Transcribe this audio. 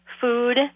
food